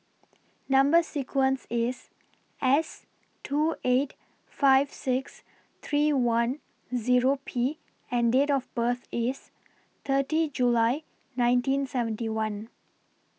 Number sequence IS S two eight five six three one Zero P and Date of birth IS thirty July nineteen seventy one